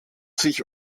sich